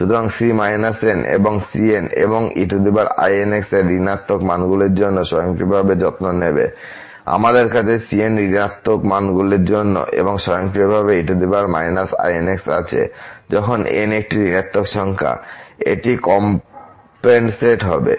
সুতরাং c−n এবং cn এবং einx এর ঋনাত্মক মানগুলির জন্য স্বয়ংক্রিয়ভাবে যত্ন নেবে আমাদের কাছে cn ঋনাত্মক মানগুলির জন্যএবং স্বয়ংক্রিয়ভাবে einx আছে যখন n একটি ঋণাত্মক সংখ্যা এটি কম্পেন্সেট হবে